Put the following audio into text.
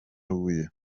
huye